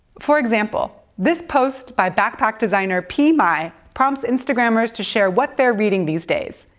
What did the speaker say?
for example, this post by backpack designer p. mai prompts instagrammers to share what they're reading these days.